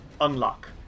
unlock